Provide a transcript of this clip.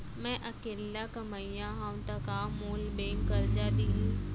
मैं अकेल्ला कमईया हव त का मोल बैंक करजा दिही?